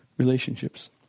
Relationships